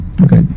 okay